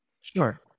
Sure